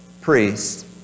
priests